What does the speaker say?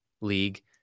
league